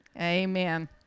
Amen